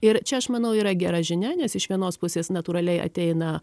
ir čia aš manau yra gera žinia nes iš vienos pusės natūraliai ateina